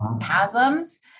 chasms